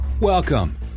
Welcome